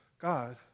God